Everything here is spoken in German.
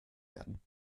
werden